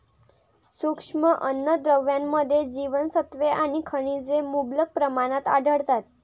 सूक्ष्म अन्नद्रव्यांमध्ये जीवनसत्त्वे आणि खनिजे मुबलक प्रमाणात आढळतात